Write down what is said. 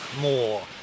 more